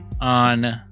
on